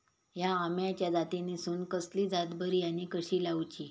हया आम्याच्या जातीनिसून कसली जात बरी आनी कशी लाऊची?